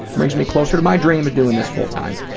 brings me closer to my dream of doing this fulltime.